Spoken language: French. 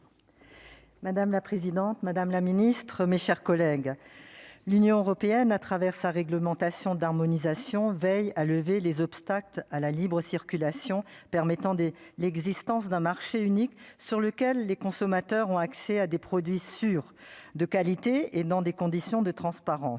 Madame la présidente, Madame la Ministre, mes chers collègues, l'Union européenne à travers sa réglementation, d'harmonisation veille à lever les obstacles à la libre circulation permettant des l'existence d'un marché unique sur lequel les consommateurs ont accès à des produits sûrs de qualité et dans des conditions de transparence,